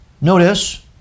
Notice